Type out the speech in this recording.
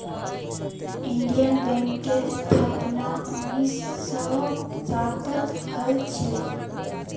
Indian बैंकेर स्थापना उन्नीस सौ सातत हल छिले